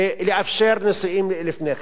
לאפשר נישואים לפני כן.